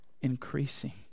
increasing